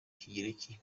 kigereki